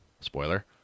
Spoiler